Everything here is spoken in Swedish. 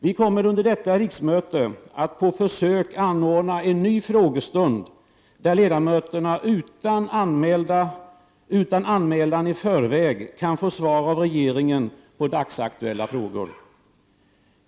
Vi kommer under detta riksmöte att på försök anordna en ny frågestund där ledamöterna utan anmälan i förväg kan få svar av regeringen på dagsaktuella frågor.